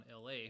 LA